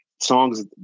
songs